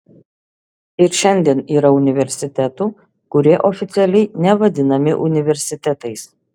ir šiandien yra universitetų kurie oficialiai nevadinami universitetais